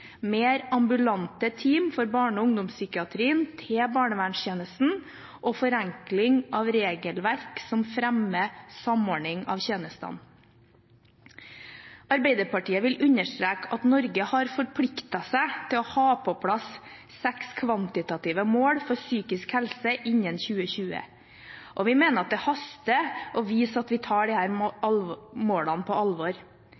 mer ambulante team for barne- og ungdomspsykiatrien til barnevernstjenesten og forenkling av regelverk som fremmer samordning av tjenestene. Arbeiderpartiet vil understreke at Norge har forpliktet seg til å ha på plass seks kvantitative mål for psykisk helse innen 2020. Vi mener at det haster å vise at vi tar